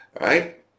right